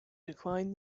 declined